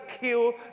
kill